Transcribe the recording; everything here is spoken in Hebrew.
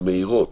המהירות